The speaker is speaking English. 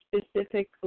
specifically